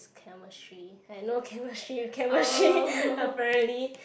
chemistry I know chemistry chemistry apparently